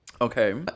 Okay